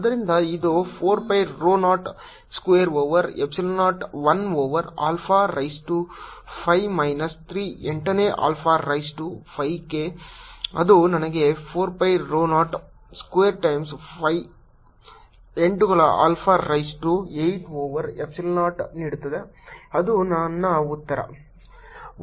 ಆದ್ದರಿಂದ ಇದು 4 pi rho 0 square over epsilon 0 1 over alpha raise to 5 minus 3 ಎಂಟನೇ alpha raise to 5 ಕ್ಕೆ ಅದು ನನಗೆ 4 pi rho 0 ಸ್ಕ್ವೇರ್ ಟೈಮ್ಸ್ 5 ಎಂಟುಗಳ alpha raise to 8 over epsilon 0 ನೀಡುತ್ತದೆ ಅದು ನನ್ನ ಉತ್ತರ